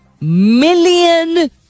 million